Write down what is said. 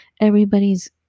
everybody's